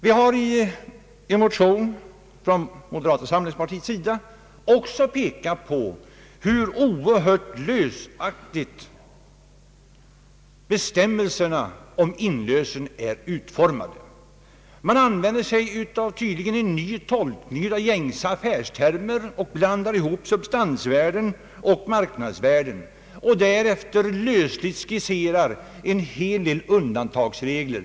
Vi har i en motion från moderata samlingspartiet också pekat på hur oerhört lösligt bestämmelserna om inlösen är utformade. Man använder tydligen en ny tolkning av gängse affärstermer och blandar ihop substansvär den och marknadsvärden, varefter man lösligt skisserar en hel del undantagsregler.